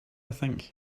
think